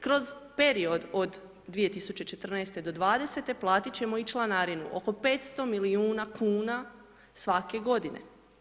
Kroz period od 2014. do 2020., platit ćemo i članarinu, oko 500 milijuna kuna, svake godine.